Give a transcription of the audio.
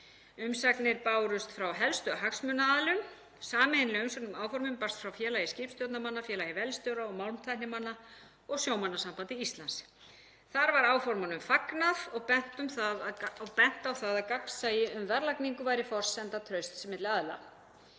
Umsagnir bárust frá helstu hagsmunaaðilum. Sameiginleg umsögn um áformin barst frá Félagi skipstjórnarmanna, Félagi vélstjóra og málmtæknimanna og Sjómannasambandi Íslands. Þar var áformunum fagnað og bent á að gagnsæi um verðlagningu væri forsenda trausts milli aðila.